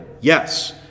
yes